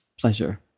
pleasure